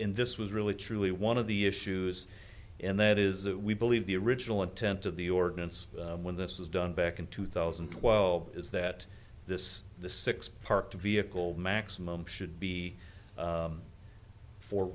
in this was really truly one of the issues and that is that we believe the original intent of the ordinance when this was done back in two thousand and twelve is that this the six parked vehicle maximum should be for